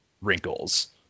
Wrinkles